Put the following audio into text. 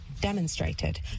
demonstrated